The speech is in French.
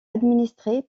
administrée